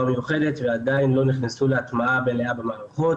מיוחדת ועדיין לא נכנסו להטמעה מלאה במערכות